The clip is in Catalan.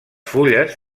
fulles